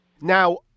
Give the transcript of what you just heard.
Now